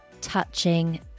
touching